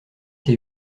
ses